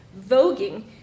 voguing